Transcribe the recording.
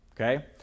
okay